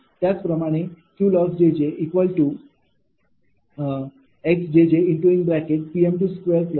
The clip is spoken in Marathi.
त्याचप्रमाणे Qloss x P2Q2V2 असेल